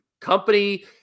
company